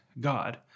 God